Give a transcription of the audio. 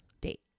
Date